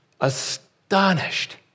astonished